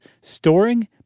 storing